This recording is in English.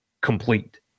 complete